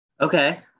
Okay